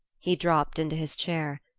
he dropped into his chair.